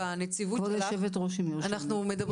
כבוד יושבת הראש, אם יורשה לי.